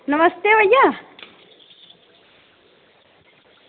नमस्ते भइया